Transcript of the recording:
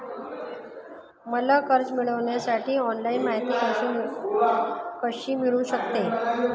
मला कर्ज मिळविण्यासाठी ऑनलाइन माहिती कशी मिळू शकते?